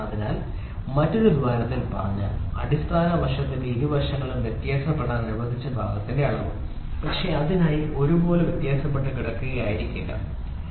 അതിനാൽ മറ്റൊരു തരത്തിൽ പറഞ്ഞാൽ അടിസ്ഥാന വശത്തിന്റെ ഇരുവശങ്ങളിലും വ്യത്യാസപ്പെടാൻ അനുവദിച്ച ഭാഗത്തിന്റെ അളവ് പക്ഷേ അതിനായി ഒരുപോലെ വ്യത്യാസപ്പെട്ടു കിടക്കുക ആയിരിക്കില്ല ശരി